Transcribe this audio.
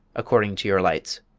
according to your lights,